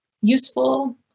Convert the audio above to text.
useful